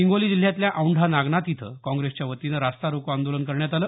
हिंगोली जिल्ह्यातल्या औंढा नागनाथ इथं काँग्रेसच्या वतीनं रस्ता रोको आंदोलन करण्यात आलं